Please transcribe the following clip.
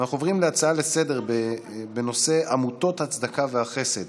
אנחנו עוברים להצעה לסדר-היום בנושא: עמותות ההצדקה והחסד